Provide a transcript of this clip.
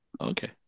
okay